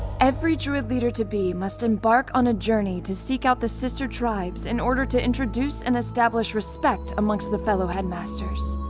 every druid leader to be must embark on journey to seek out the sister tribes in order to introduce and establish respect amongst the fellow headmasters.